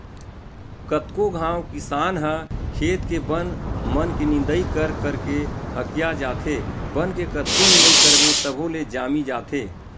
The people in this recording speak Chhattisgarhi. कतको घांव किसान ह खेत के बन मन के निंदई कर करके हकिया जाथे, बन के कतको निंदई करबे तभो ले जामी जाथे